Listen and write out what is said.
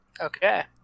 Okay